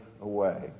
away